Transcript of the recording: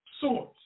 source